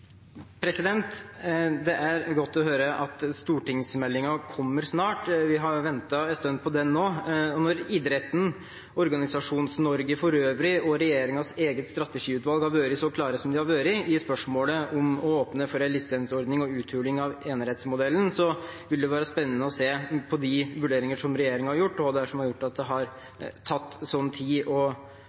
Det er godt å høre at stortingsmeldingen kommer snart. Vi har ventet en stund på den nå. Når idretten, Organisasjons-Norge for øvrig og regjeringens eget strategiutvalg har vært så klare som de har vært i spørsmålet om å åpne for en lisensordning og uthuling av enerettsmodellen, vil det bli spennende å se de vurderinger regjeringen har gjort, og hva det er som har gjort at det har tatt slik tid å